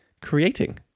creating